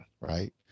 right